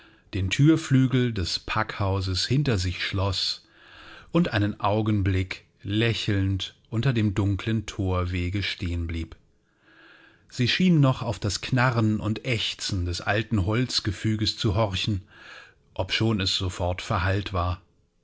den thürflügel des packhauses hinter sich schloß und einen augenblick lächelnd unter dem dunklen thorweg stehen blieb sie schien noch auf das knarren und aechzen des alten holzgefüges zu horchen obschon es sofort verhallt war